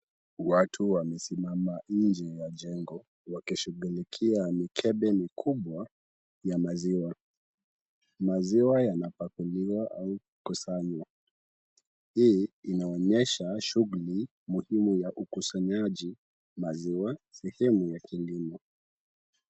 Watu wamesimama nje ya jengo wakishughulikia mikebe mikubwa ya maziwa. Maziwa yanapakuliwa au kukusanywa. Hii inaonyesha shughuli muhimu ya ukusanyaji maziwa sehemu ya kilimo.